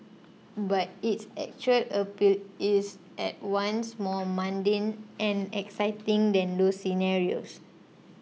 but its actual appeal is at once more mundane and exciting than those scenarios